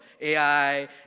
AI